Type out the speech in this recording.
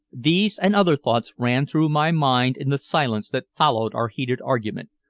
these and other thoughts ran through my mind in the silence that followed our heated argument,